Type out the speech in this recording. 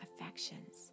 affections